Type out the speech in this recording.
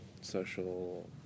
social